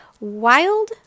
Wild